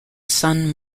son